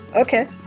okay